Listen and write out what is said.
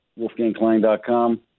WolfgangKlein.com